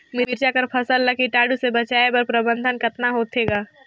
मिरचा कर फसल ला कीटाणु से बचाय कर प्रबंधन कतना होथे ग?